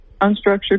unstructured